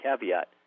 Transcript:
caveat